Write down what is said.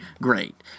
Great